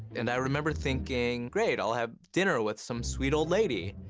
and i remember thinking, great, i'll have dinner with some sweet old lady.